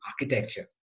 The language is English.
architecture